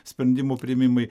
sprendimų priėmimai